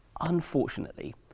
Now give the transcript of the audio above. unfortunately